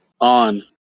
on